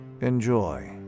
Enjoy